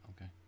Okay